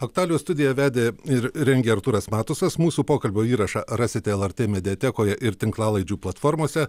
aktualijų studiją vedė ir rengė artūras matusas mūsų pokalbio įrašą rasite lrt mediatekoje ir tinklalaidžių platformose